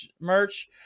merch